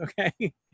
Okay